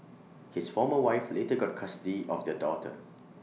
his former wife later got custody of their daughter